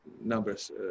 numbers